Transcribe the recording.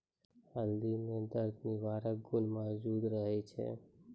हल्दी म दर्द निवारक गुण मौजूद रहै छै